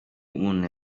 umuntu